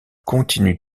continuent